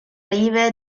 rive